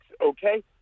okay